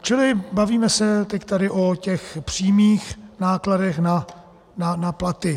Čili bavíme se teď tady o těch přímých nákladech na platy.